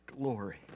glory